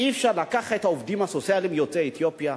אי-אפשר לקחת את העובדים הסוציאליים יוצאי אתיופיה?